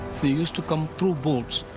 they used to come through boats.